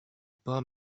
pas